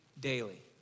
daily